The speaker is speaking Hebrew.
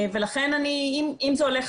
לכן אם זה הולך,